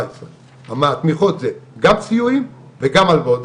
גם סיועים וגם הלוואות.